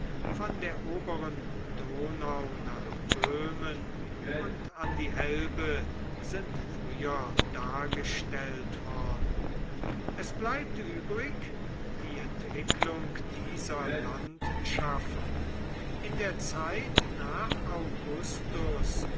von der oberen donau nach böhmen und an die elbe sind früher dargestellt worden es bleibt übrig die entwicklung dieser landschaften in der zeit nach augustus